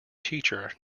teacher